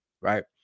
right